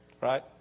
Right